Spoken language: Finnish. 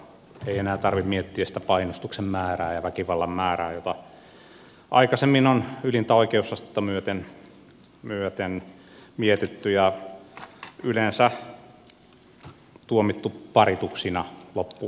ei enää tarvitse miettiä sitä painostuksen määrää ja väkivallan määrää jota aikaisemmin on ylintä oikeusastetta myöten mietitty ja yleensä tuomittu parituksina loppupeleissä